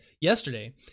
yesterday